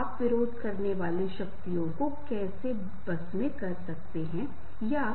जैसे पत्नी और एक पति और परिवार के सदस्य भाई बहन पिता और पुत्र